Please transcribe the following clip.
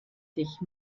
sich